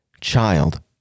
child